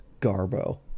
garbo